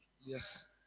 Yes